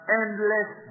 endless